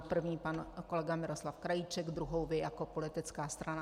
První pan kolega Miroslav Krajíček, druhou vy jako politická strana.